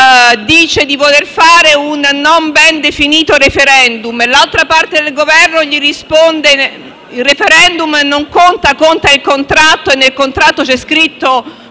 dice di voler fare un non ben definito *referendum* e l'altra parte del Governo risponde che il *referendum* non conta ma conta il contratto e quello che c'è scritto.